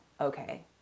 okay